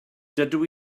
dydw